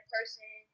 Person